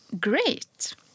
Great